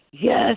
yes